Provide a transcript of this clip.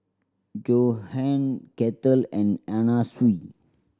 Johan Kettle and Anna Sui